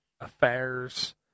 affairs